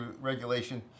regulation